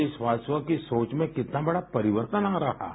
देशवासियों की सोच में कितना बड़ा परिवर्तन आ रहा है